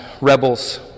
rebels